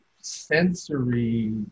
sensory